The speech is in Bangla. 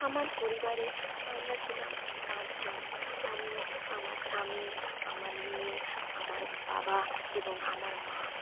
আমার পরিবারে আমরা ছিলাম পাঁচজন আমি আমার স্বামী আমার মেয়ে আমার বাবা এবং আমার মা